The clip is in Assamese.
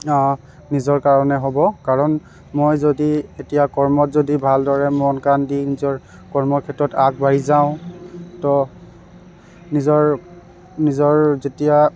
নিজৰ কাৰণে হ'ব কাৰণ মই যদি এতিয়া কৰ্মত যদি ভালদৰে যদি মন কাণ দি নিজৰ কৰ্মক্ষেত্ৰত আগবাঢ়ি যাওঁ ত নিজৰ নিজৰ যেতিয়া